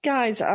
Guys